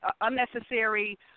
unnecessary